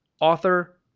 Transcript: author